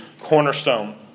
cornerstone